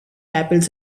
apples